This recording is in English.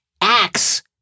Axe